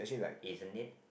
isn't it